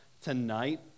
tonight